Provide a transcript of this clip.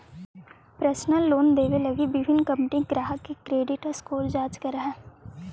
personal loan देवे लगी विभिन्न कंपनि ग्राहक के क्रेडिट स्कोर जांच करऽ हइ